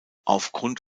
aufgrund